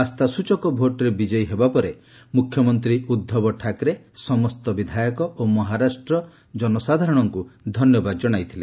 ଆସ୍ଥାସଚକ ଭୋଟ୍ରେ ବିଜୟୀ ହେବା ପରେ ମ୍ରଖ୍ୟମନ୍ତ୍ରୀ ଉଦ୍ଧବ ଠାକରେ ସମସ୍ତ ବିଧାୟକ ଓ ମହାରାଷ୍ଟ୍ର ଜନସାଧାରଣଙ୍କୁ ଧନ୍ୟବାଦ ଜଣାଇଥିଲେ